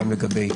גם לגבי